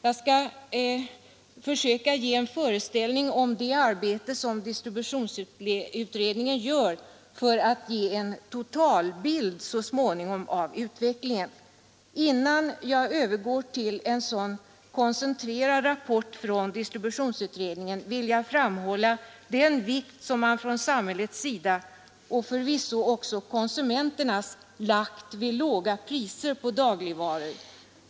Jag skall försöka ge en föreställning om det arbete som distributionsutredningen gör för att ge en totalbild så småningom av utvecklingen. Innan jag övergår till en sådan koncentrerad rapport från distributionsutredningen, vill jag framhålla den vikt som samhället och förvisso också konsumenterna lagt vid lågpriser på dagligvaror.